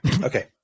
Okay